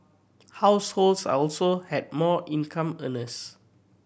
households also had more income earners